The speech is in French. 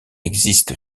existe